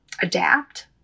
adapt